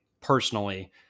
personally